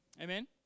Amen